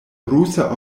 rusa